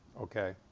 okay